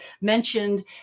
mentioned